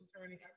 attorney